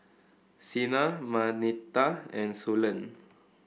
Sina Marnita and Suellen